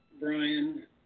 Brian